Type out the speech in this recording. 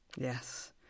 yes